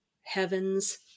heavens